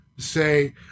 say